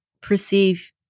perceive